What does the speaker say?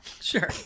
sure